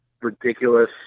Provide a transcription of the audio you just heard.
ridiculous